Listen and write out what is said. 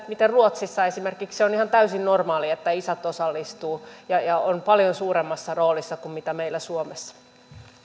miten esimerkiksi ruotsissa se on ihan täysin normaalia että isät osallistuvat ja ja ovat paljon suuremmassa roolissa kuin meillä suomessa